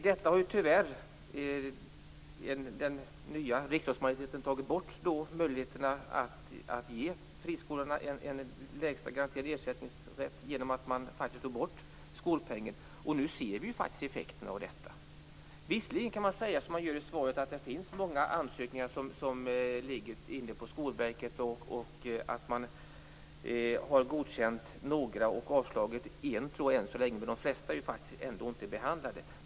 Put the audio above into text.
Den nuvarande riksdagsmajoriteten har ju tyvärr tagit bort möjligheterna att ge friskolorna en lästa garanterad ersättning genom att ta bort skolpengen, och nu ser vi faktiskt effekterna av detta. Visserligen kan man säga, som skolministern gör i svaret, att det finns många ansökningar hos Skolverket. Man har än så länge godkänt några och avslagit en, tror jag, men de flesta är ändå inte behandlade.